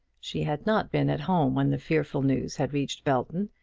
she had not been at home when the fearful news had reached belton,